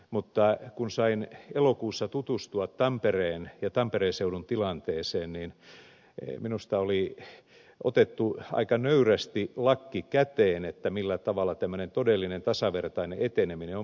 mutta kun sain elokuussa tutustua tampereen ja tampereen seudun tilanteeseen niin minusta oli otettu aika nöyrästi lakki käteen millä tavalla tämmöinen todellinen tasavertainen eteneminen on mahdollista